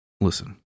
Listen